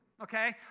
okay